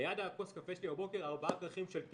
ליד כוס הקפה שלי בבוקר יש ארבעה כרכים של קדמי.